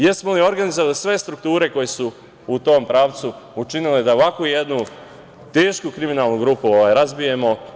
Jesmo li organizovali sve strukture koje su u tom pravcu učinile da ovakvu jednu tešku kriminalnu grupu razbijemo?